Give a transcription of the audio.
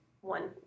one